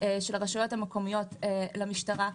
של הרשויות המקומיות למשטרה,